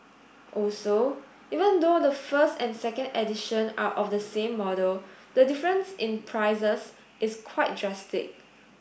also even though the first and second edition are of the same model the difference in prices is quite drastic